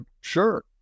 sure